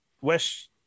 west